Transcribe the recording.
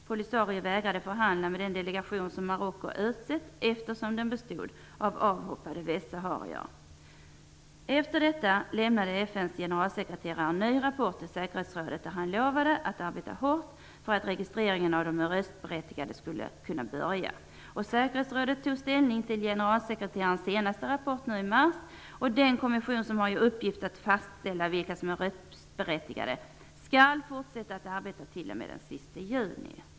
Polisario vägrade förhandla med den delegation, som Marocko utsett, eftersom den bestod av avhoppade västsaharier. Efter detta lämnade FN:s generalsekreterare en ny rapport till säkerhetsrådet, där han lovade att arbeta hårt för att registreringen av de röstberättigade skulle kunna börja. Säkerhetsrådet tog ställning till generalsekreterarens senaste rapport nu i mars. Den kommission, som har i uppgift att fastställa vilka som är röstberättigade skall fortsätta att arbeta t.o.m. den sista juni.